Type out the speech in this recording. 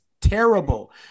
terrible